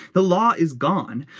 the law is gone.